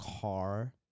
car